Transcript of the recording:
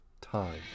time